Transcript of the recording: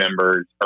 members